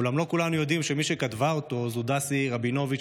אולם לא כולנו יודעים שמי כתבה אותו זו דסי רבינוביץ',